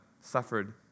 suffered